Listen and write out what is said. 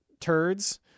turds